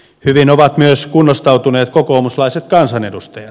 hyvin ovat myös kunnostautuneet kokoomuslaiset kansanedustajat